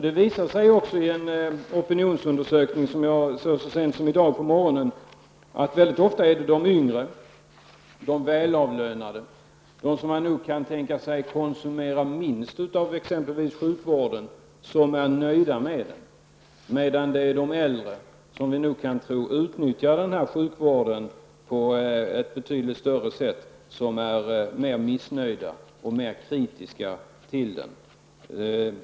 Det visar sig också i en opinionsundersökning, som jag såg så sent som i dag på morgonen, att det mycket ofta är de yngre, välavlönade och de som man kan tänka sig konsumera minst av t.ex. sjukvården som är nöjda med den, medan det är de äldre, som vi nog kan tro utnyttjar sjukvården i större omfattning, som är mera missnöjda och mer kritiska till den.